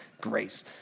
grace